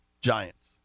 Giants